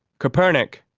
kopernik,